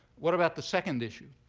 what about the second issue,